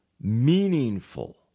meaningful